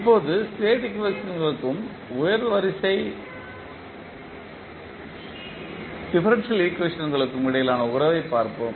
இப்போது ஸ்டேட் ஈக்குவேஷன்டுகளுக்கும் உயர் வரிசை டிஃபரன்ஷியல் ஈக்குவேஷன்டுகளுக்கும் இடையிலான உறவைப் பார்ப்போம்